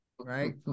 Right